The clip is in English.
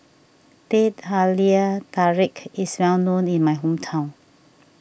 Teh Halia Tarik is well known in my hometown